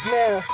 now